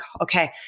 okay